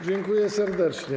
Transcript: Dziękuję serdecznie.